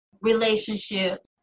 relationship